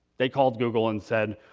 they called google and said,